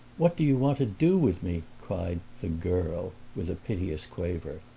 what do you want to do with me? cried the girl with a piteous quaver.